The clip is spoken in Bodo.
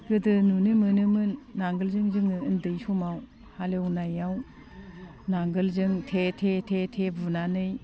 गोदो नुनो मोनोमोन नांगोलजों जोङो उन्दै समाव हालेवनायाव नांगोलजों थे थे बुनानै